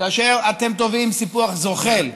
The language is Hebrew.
כאשר אתם תובעים סיפוח זוחל,